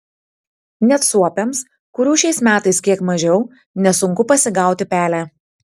net suopiams kurių šiais metais kiek mažiau nesunku pasigauti pelę